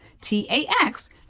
T-A-X